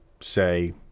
say